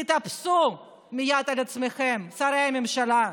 תתאפסו מייד על עצמכם, שרי הממשלה,